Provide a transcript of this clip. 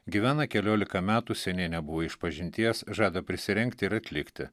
gyvena keliolika metų seniai nebuvo išpažinties žada prisirengti ir atlikti